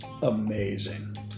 Amazing